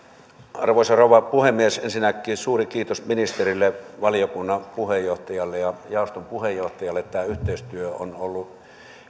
arvoisa rouva puhemies ensinnäkin suuri kiitos ministerille valiokunnan puheenjohtajalle ja jaoston puheenjohtajalle tämä yhteistyö on ollut